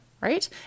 Right